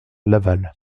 laval